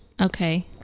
Okay